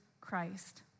Christ